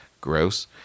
gross